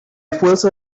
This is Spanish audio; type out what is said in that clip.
fuerza